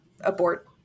abort